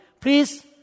please